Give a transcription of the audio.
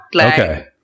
Okay